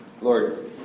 Lord